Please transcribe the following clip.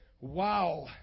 Wow